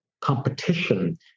competition